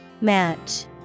Match